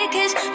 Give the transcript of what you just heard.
Cause